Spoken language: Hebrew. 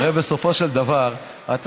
הרי בסופו של דבר את,